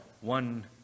one